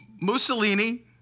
mussolini